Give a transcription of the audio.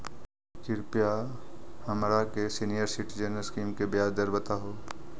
कृपा हमरा के सीनियर सिटीजन स्कीम के ब्याज दर बतावहुं